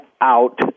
out